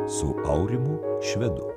su aurimu švedu